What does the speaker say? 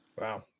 Wow